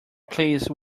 please